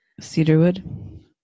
Cedarwood